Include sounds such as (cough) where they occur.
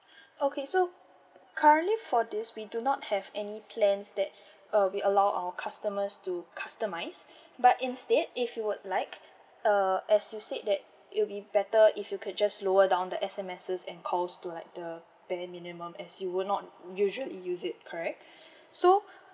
(breath) okay so currently for this we do not have any plans that uh we allow our customers to customise but instead if you would like uh as you said that it will be better if you could just lower down the S_M_Ses and calls to like the very minimum as you would not usually use it correct (breath) so